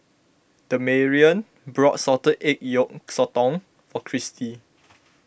Damarion bought Salted Egg Yolk Sotong for Chrissie